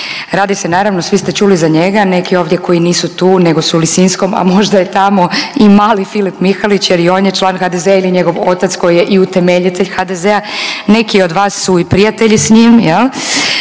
Radi se naravno, svi ste čuli za njega. Neki ovdje koji nisu tu, nego su u Lisinskom, a možda je tamo i mali Filip Mihalić, jer i on je član HDZ-a ili njegov otac koji je i utemeljitelj HDZ-a, neki od vas su i prijatelji s njim.